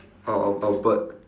or or or or bird